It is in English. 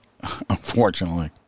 unfortunately